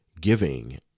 giving